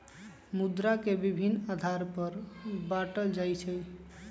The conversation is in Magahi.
मुद्रा के विभिन्न आधार पर बाटल जाइ छइ